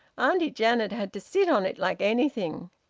auntie janet had to sit on it like anything!